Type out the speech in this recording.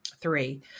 three